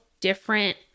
different